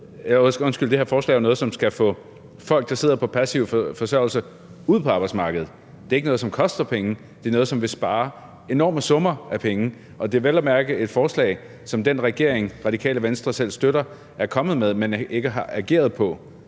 det her forslag er jo noget, som skal få folk placeret på passiv forsørgelse ud på arbejdsmarkedet. Det er ikke noget, som koster penge. Det er noget, som vil spare enorme summer af penge. Og det er vel at mærke et forslag, som den regering, Radikale Venstre selv støtter, er kommet med, men ikke har ageret på.